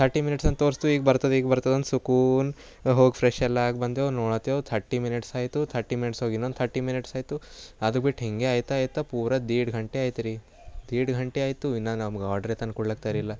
thirty minutes ಅಂತೋರಿಸ್ತು ಈಗ ಬರ್ತದ ಈಗ ಬರ್ತದ ಅಂತ ಸುಕೂನ್ ಹೋಗಿ ಫ್ರೆಶ್ ಎಲ್ಲ ಆಗಿ ಬಂದೇವು ನೋಡಾತೆವು ಥರ್ಟಿ ಮಿನಿಟ್ಸ್ ಆಯಿತು ಥರ್ಟಿ ಮಿನಿಟ್ಸ್ ಹೋಗಿ ಇನ್ನೊಂದು ಥರ್ಟಿ ಮಿನಿಟ್ಸ್ ಆಯಿತು ಅದು ಬಿಟ್ಟು ಹೀಗೇ ಆಯ್ತ ಆಯ್ತ ಪೂರ ದೇಡ್ ಘಂಟೆ ಆಯ್ತು ರೀ ಧೇಡ್ ಘಂಟೆ ಆಯಿತು ಇನ್ನು ನಮ್ಗೆ ಆರ್ಡ್ರೇ ತಂದ್ಕೊಡ್ಲಾಕ ತಯಾರಿಲ್ಲ